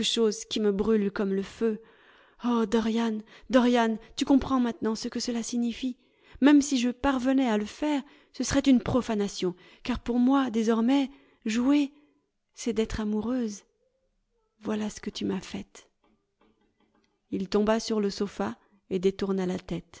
qui me brûle comme le feu oh dorian dorian tu comprends maintenant ce que cela signifie même si je parvenais à le faire ce serait une profanation car pour moi désormais jouer c'est d'être amoureuse voilà ce que tu m'as faite il tomba sur le sofa et détourna la tête